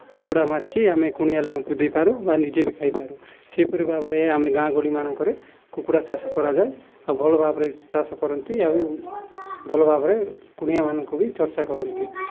କୁକୁଡ଼ା ମାରିକି ଆମେ କୁଣିଆ ଲୋକଙ୍କୁ ଦେଇପାରୁ ବା ନିଜେ ବି ଖାଇପାରୁ ସେହିପରି ଭାବରେ ଆମେ ଗାଁ ଗହଳିମାନଙ୍କରେ କୁକୁଡ଼ା ଚାଷ କରାଯାଏ ଆଉ ଭଲ ଭାବରେ ଚାଷ କରନ୍ତି ଆଉ ଭଲ ଭାବରେ କୁଣିଆମାନଙ୍କୁ ବି ଚର୍ଚ୍ଚା କରନ୍ତି